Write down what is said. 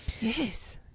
Yes